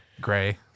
Gray